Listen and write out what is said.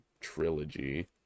trilogy